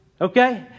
Okay